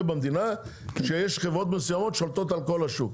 במדינה כשיש חברות מסוימות שולטות על כל השוק.